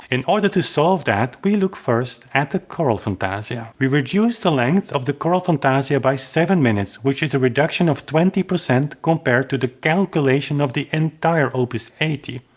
in order to solve that, we look first at the choral fantasia. we reduce the length of the choral fantasia by seven minutes, which is a reduction of twenty percent compared to the calculation of the entire opus eighty.